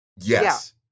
Yes